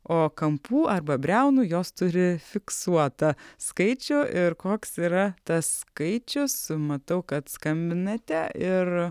o kampų arba briaunų jos turi fiksuotą skaičių ir koks yra tas skaičius matau kad skambinate ir